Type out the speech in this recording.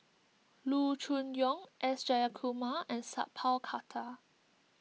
Loo Choon Yong S Jayakumar and Sat Pal Khattar